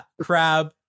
Crab